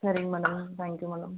சரிங்க madam thank you madam